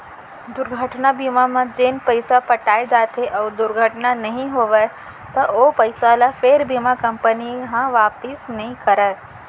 दुरघटना बीमा म जेन पइसा पटाए जाथे अउ दुरघटना नइ होवय त ओ पइसा ल फेर बीमा कंपनी ह वापिस नइ करय